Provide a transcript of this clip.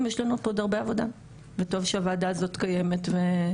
ויש לנו פה עוד הרבה עבודה וטוב שהוועדה הזאת קיימת ובועטת.